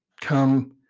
come